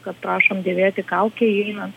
kad prašom dėvėti kaukę įeinant